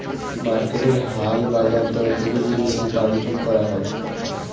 মার্কেটের হাল বাজার দর দেখে জিনিসের দাম ঠিক করা হয়